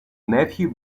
nephew